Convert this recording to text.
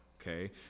Okay